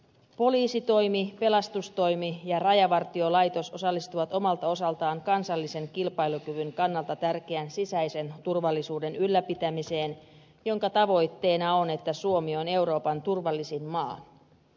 poliisitoimi pelastustoimi ja rajavartiolaitos osallistuvat omalta osaltaan kansallisen kilpailukyvyn kannalta tärkeän sisäisen turvallisuuden ylläpitämiseen jonka tavoitteena on että suomi on euroopan turvallisin maa